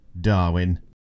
Darwin